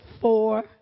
four